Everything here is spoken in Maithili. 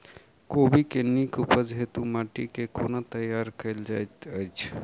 कोबी केँ नीक उपज हेतु माटि केँ कोना तैयार कएल जाइत अछि?